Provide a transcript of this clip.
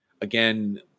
Again